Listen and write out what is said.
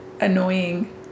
annoying